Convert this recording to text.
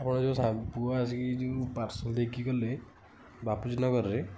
ଆପଣ ପୁଅ ଆସିକି ଯେଉଁ ପାର୍ସଲ୍ ଦେଇକି ଗଲେ ବାପୁଜୀ ନଗରରେ